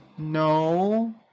No